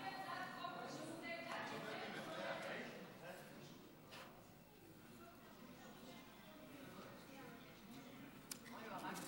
חוק שירותי הדת היהודיים (תיקון מס'